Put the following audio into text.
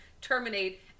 terminate